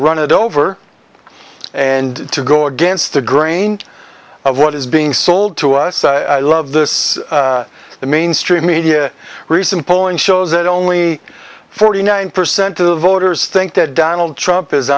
run it over and to go against the grain of what is being sold to us i love this the mainstream media recent polling shows that only forty nine percent of the voters think that donald trump is